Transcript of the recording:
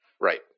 Right